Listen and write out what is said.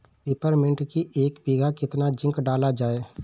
Peppermint की एक बीघा कितना जिंक डाला जाए?